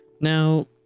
Now